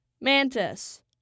Mantis